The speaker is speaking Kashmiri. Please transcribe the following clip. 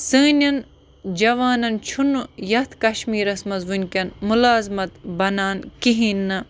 سانٮ۪ن جوانَن چھُنہٕ یَتھ کَشمیٖرَس منٛز وٕںۍکٮ۪ن مُلازمَت بَنان کِہیٖنۍ نہٕ